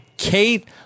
kate